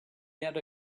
yet